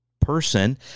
person